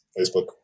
facebook